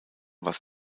was